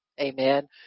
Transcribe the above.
Amen